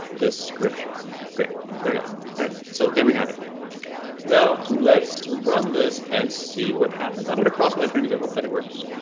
this scripture great though yeah right? so there we have it now. let's run this and see what happens. i'm going to cross my fingers and hope that it works.